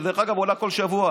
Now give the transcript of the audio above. שדרך אגב עולה כל שבוע.